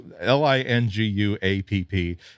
L-I-N-G-U-A-P-P